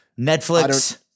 Netflix